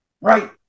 right